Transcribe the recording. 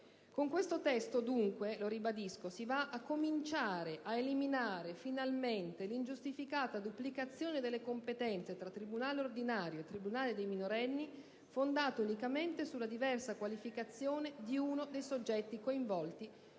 Con questo testo dunque, lo ribadisco, si comincia ad eliminare finalmente l'ingiustificata duplicazione delle competenze tra tribunale ordinario e tribunale per i minorenni, fondata unicamente sulla diversa qualificazione di uno dei soggetti coinvolti